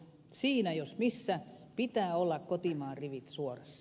siinä jos missä pitää olla kotimaan rivien suorassa